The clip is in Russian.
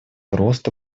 росту